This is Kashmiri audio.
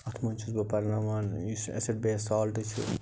اتھ منٛز چھُس بہٕ پرناوان یُس اٮ۪سِڈ بیس سالٹ چھُ